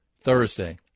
Thursday